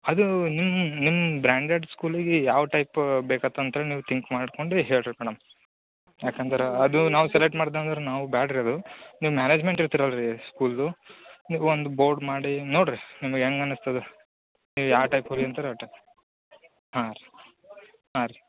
ಅದು ನಿಮ್ಮ ನಿಮ್ಮ ಬ್ರ್ಯಾಂಡೆಡ್ ಸ್ಕೂಲಿಗೆ ಯಾವ ಟೈಪ್ ಬೇಕಾತ್ತೆ ಅಂತ ಹೇಳ್ ನೀವೇ ತಿಂಕ್ ಮಾಡ್ಕೊಂಡು ಹೇಳಿ ರೀ ಮೇಡಮ್ ಯಾಕಂದ್ರೆ ಅದು ನಾವು ಸೆಲೆಕ್ಟ್ ಮಾಡ್ದು ಹಂಗಾರೆ ನಾವು ಬೇಡ ರೀ ಅದು ನಿಮ್ಮ ಮ್ಯಾನೇಜ್ಮೆಂಟ್ ಇರ್ತೀರ ಅಲ್ಲ ರಿ ಸ್ಕೂಲಿದು ನೀವು ಒಂದು ಬೋರ್ಡ್ ಮಾಡಿ ನೋಡಿರಿ ನಿಮ್ಗೆ ಹೆಂಗೆ ಅನಸ್ತದ ನೀವು ಯಾವ ಟೈಪ್ ಹೊಲಿ ಅಂತೀರೋ ಆ ಟೈಪ್ ಹಾಂ ರೀ ಹಾಂ ರೀ